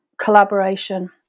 collaboration